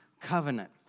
Covenant